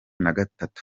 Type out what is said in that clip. nagatatu